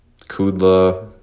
Kudla